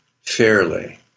fairly